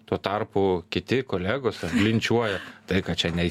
tuo tarpu kiti kolegos linčiuoja tai kad čia nei